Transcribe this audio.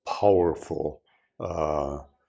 powerful